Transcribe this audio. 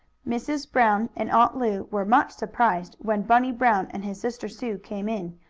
mrs. brown and aunt lu were much surprised when bunny brown and his sister sue came in,